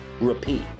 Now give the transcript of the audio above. Repeat